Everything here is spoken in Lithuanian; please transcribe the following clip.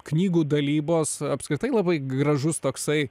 knygų dalybos apskritai labai gražus toksai